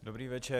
Dobrý večer.